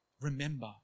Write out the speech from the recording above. Remember